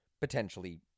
potentially